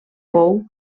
pou